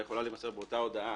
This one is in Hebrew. אלא באותה הודעה